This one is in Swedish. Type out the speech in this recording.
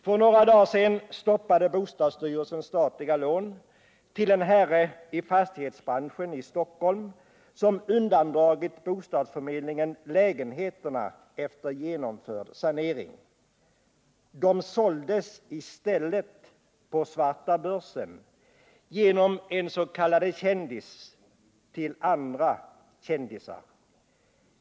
För några dagar sedan stoppade bostadsstyrelsen statliga lån till en herre i fastighetsbranschen i Stockholm som undandragit bostadsförmedlingen lägenheterna efter genomförd sanering. De såldes i stället på svarta börsen genom en s.k. kändis till andra kändisar.